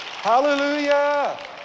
Hallelujah